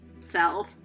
self